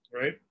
right